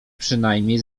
przynajmniej